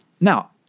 Now